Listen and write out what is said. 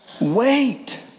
Wait